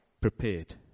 prepared